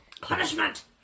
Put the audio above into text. Punishment